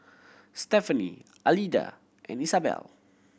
Stefani Alida and Isabel